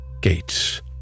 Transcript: Gates